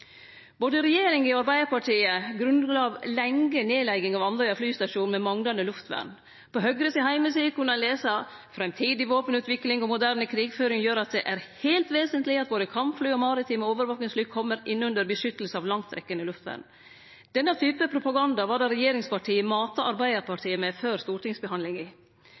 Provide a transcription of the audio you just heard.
Både regjeringa og Arbeidarpartiet grunngav lenge nedlegginga av Andøya flystasjon med manglande luftvern. På Høgres heimeside kunne ein lese: «Fremtidig våpenutvikling og moderne krigføring gjør at det er helt vesentlig at både kampfly og maritime overvåkingsfly kommer innunder beskyttelse av langtrekkende luftvern.» Denne typen propaganda var det regjeringspartia mata Arbeidarpartiet med før stortingsbehandlinga.